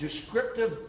descriptive